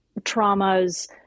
traumas